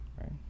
Right